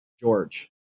George